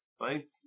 right